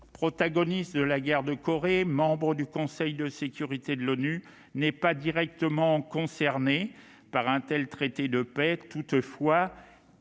protagoniste de la guerre de Corée, membre du Conseil de sécurité de l'ONU, n'est pas directement concernée par un tel traité de paix. Toutefois,